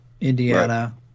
Indiana